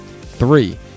Three